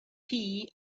tea